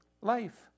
life